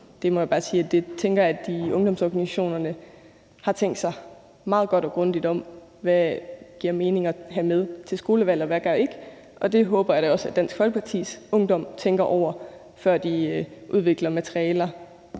der tænker jeg, at de i ungdomsorganisationerne har tænkt sig meget godt og grundigt om, i forhold til hvad det giver mening at have med til skolevalg, og hvad der ikke gør. Det håber jeg da også at Dansk Folkepartis Ungdom tænker over, før de udvikler materialer